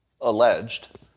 alleged